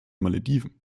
malediven